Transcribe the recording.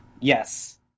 Yes